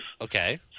Okay